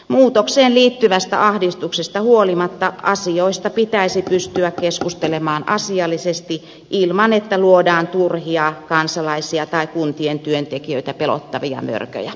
muutokseen liittyvästä ahdistuksesta huolimatta asioista pitäisi pystyä keskustelemaan asiallisesti ilman että luodaan turhia kansalaisia tai kuntien työntekijöitä pelottavia mörköjä